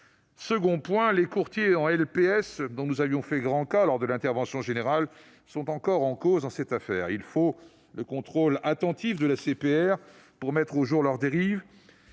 prestation de services, ou LPS, dont nous avions fait grand cas lors de la première lecture, sont encore en cause dans cette affaire. Il faut le contrôle attentif de l'ACPR pour mettre au jour leurs dérives.